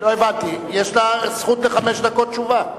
יש זכות לתשובה.